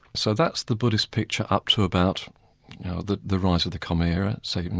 so that's the buddhist picture up to about the the rise of the common era, so you know,